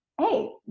hey